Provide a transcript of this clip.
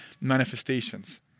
manifestations